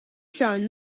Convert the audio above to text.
shown